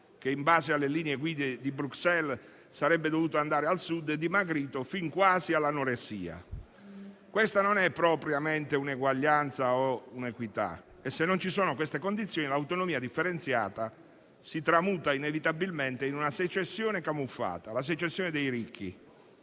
che in base alle linee guida di Bruxelles sarebbe dovuto andare al Sud, è dimagrito fin quasi all'anoressia. Questa non è propriamente eguaglianza o equità e, se non ci sono queste condizioni, l'autonomia differenziata si tramuta inevitabilmente in una secessione camuffata: la secessione dei ricchi,